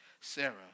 Sarah